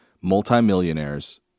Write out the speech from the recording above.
multimillionaires